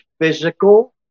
physical